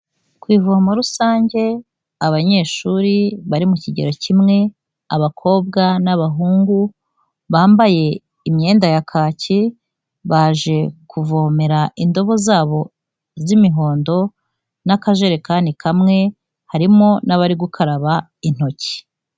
Ku ivomo rusange abanyeshuri bari mu kigero kimwe abakobwa n'abahungu, bambaye imyenda ya kaki baje kuvomera indobo zabo z'imihondo n'akajerekani kamwe, harimo n'abari gukaraba intoki.